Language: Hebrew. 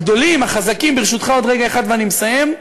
הגדולים, החזקים, ברשותך, עוד רגע אחד ואני מסיים,